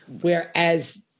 Whereas